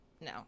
No